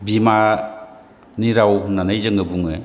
बिमानि राव होननानै जोङो बुङो